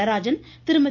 Natarajan Thirumathi